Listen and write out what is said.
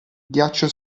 ghiaccio